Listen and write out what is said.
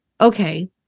okay